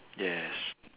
yes